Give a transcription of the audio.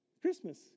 Christmas